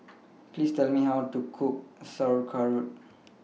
Please Tell Me How to Cook Sauerkraut